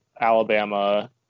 Alabama